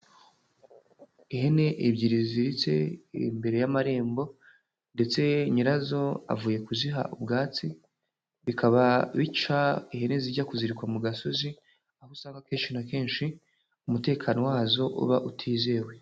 Ihene ebyiri ziziritse imbere y'amarembo, ndetse nyirazo avuye kuziha ubwatsi; bikaba bica ihene zijya kuzirikwa mu gasozi aho usanga akenshi na kenshi umutekano wazo uba utizewe.